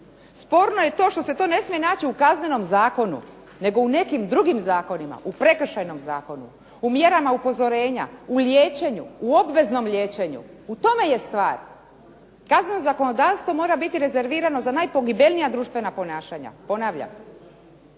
Sporno je to što se to ne smije naći u Kaznenom zakonu, nego u nekim drugim zakonima, u Prekršajnom zakonu, u mjerama upozorenja, u liječenju, u obveznom liječenju. U tome je stvar. Kazneno zakonodavstvo mora biti rezervirano za najpogibeljnija društvena ponašanja. Ponavljam.